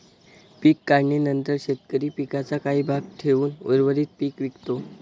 पीक काढणीनंतर शेतकरी पिकाचा काही भाग ठेवून उर्वरित पीक विकतो